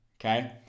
Okay